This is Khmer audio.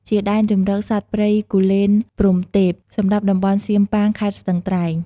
ជាដែនជម្រកសត្វព្រៃគូលែនព្រហ្មទេព សម្រាប់តំបន់សៀមប៉ាង ខេត្តស្ទឹងត្រែង។